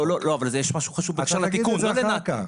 אז תגיד את זה אחר כך.